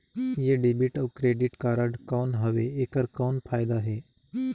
ये डेबिट अउ credit card कौन हवे एकर कौन फाइदा हे?